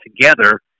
together